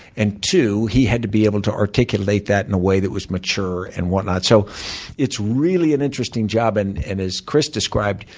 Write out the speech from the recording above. and two. he had to be able to articulate that in a way that was mature, and whatnot. so it's really an interesting job. and and as chris described,